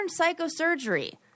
psychosurgery